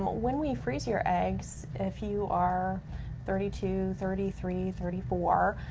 when we freeze your eggs, if you are thirty two, thirty three, thirty four,